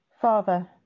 Father